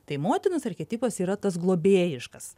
tai motinos archetipas yra tas globėjiškas